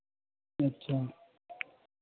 अच्छा